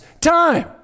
time